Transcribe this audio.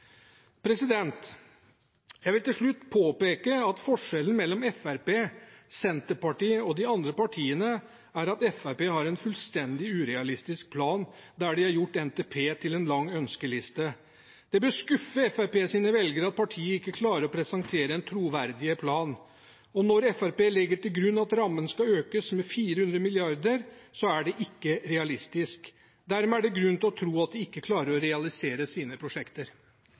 Jeg vil til slutt påpeke at forskjellen mellom Fremskrittspartiet og Senterpartiet og de andre partiene er at Fremskrittspartiet har en fullstendig urealistisk plan, der de har gjort NTP til en lang ønskeliste. Det bør skuffe Fremskrittspartiets velgere at partiet ikke klarer å presentere en troverdig plan. Når Fremskrittspartiet legger til grunn at rammen skal økes med 400 mrd. kr, er det ikke realistisk. Dermed er det grunn til å tro at de ikke klarer å realisere sine prosjekter.